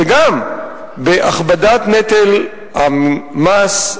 וגם בהכבדת נטל המס,